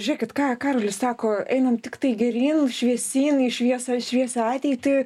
žiekit ką karolis sako einam tiktai geryn šviesyn į šviesą šviesią ateitį